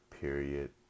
Period